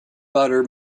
butter